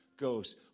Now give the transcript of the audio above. goes